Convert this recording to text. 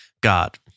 God